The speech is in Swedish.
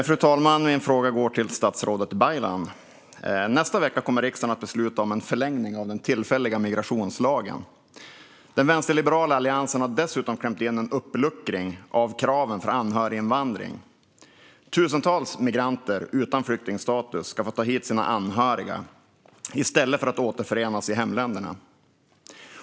Fru talman! Min fråga går till statsrådet Baylan. Nästa vecka kommer riksdagen att besluta om en förlängning av den tillfälliga migrationslagen. Den vänsterliberala alliansen har dessutom klämt in en uppluckring av kraven för anhöriginvandring. Tusentals migranter utan flyktingstatus ska få ta hit sina anhöriga i stället för att återförenas i hemländerna.